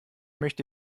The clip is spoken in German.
möchte